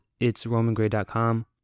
itsromangray.com